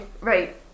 Right